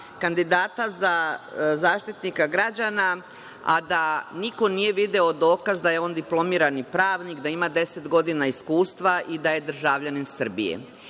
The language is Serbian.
kandidata za Zaštitnika građana, a da niko nije video dokaz da je on diplomirani pravnik, da ima 10 godina iskustva i da je državljanin Srbije.